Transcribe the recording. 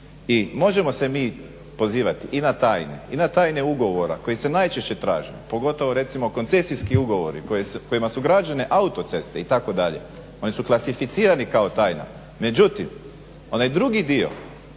I možemo se mi pozivati i na tajne i na tajne ugovora koji se najčešće traže pogotovo recimo koncesijski ugovori kojima su građene autoceste itd. oni su klasificirani kao tajne,